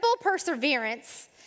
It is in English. perseverance